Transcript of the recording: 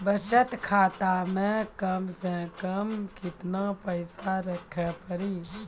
बचत खाता मे कम से कम केतना पैसा रखे पड़ी?